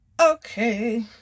okay